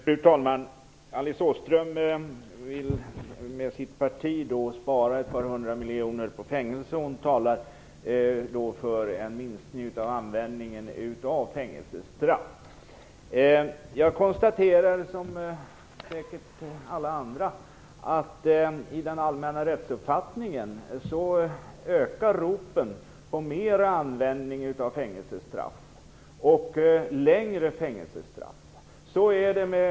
Fru talman! Alice Åström och hennes parti vill spara ett par hundra miljoner på fängelser. Hon talar för en minskning av användningen av fängelsestraff. I den allmänna rättsuppfattningen ökar ropen på mera användning av fängelsestraff och användning av längre fängelsestraff - det kan jag liksom alla andra konstatera.